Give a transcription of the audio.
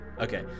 Okay